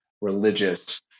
religious